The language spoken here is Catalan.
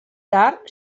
tard